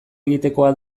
egitekoa